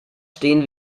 stehen